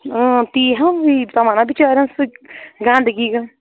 اۭں تی ہا تِمَن ہا بِچارٮ۪ن سُہ گَنٛدٕگی ہنٛز